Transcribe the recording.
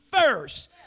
first